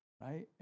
right